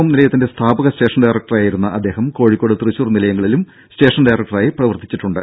M നിലയത്തിന്റെ സ്ഥാപക station ഡയറക്ടറായിരുന്ന അദ്ദേഹം കോഴിക്കോട് തൃശൂർ നിലയങ്ങളിലും സ്റ്റേഷൻ ഡയറക്ടറായി പ്രവർത്തിച്ചിട്ടുണ്ട്